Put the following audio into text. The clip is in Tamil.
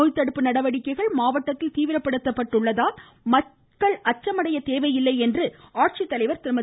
நோய் தடுப்பு நடவடிக்கைகள் மாவட்டத்தில் தீவிரப்படுத்தி உள்ளதால் மக்கள் அச்சம் அடைய தேவையில்லை என்றும் ஆட்சித்தலைவர் திருமதி